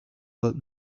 that